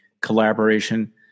collaboration